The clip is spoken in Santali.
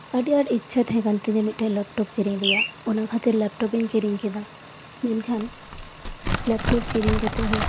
ᱟᱹᱰᱤ ᱟᱴ ᱤᱪᱷᱟ ᱛᱟᱦᱮᱸᱠᱟᱱ ᱛᱤᱧᱟᱹ ᱞᱮᱯᱴᱚᱯ ᱠᱤᱨᱤᱧ ᱨᱮᱭᱟᱜ ᱚᱱᱟ ᱠᱷᱟᱹᱛᱤᱨ ᱞᱮᱯᱴᱚᱯ ᱤᱧ ᱠᱤᱨᱤᱧᱠᱮᱫᱟ ᱢᱮᱱᱠᱷᱟᱱ ᱞᱮᱯᱴᱚᱯ ᱠᱤᱨᱤᱧ ᱠᱟᱛᱮᱜ ᱦᱚᱸ